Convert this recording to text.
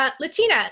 Latina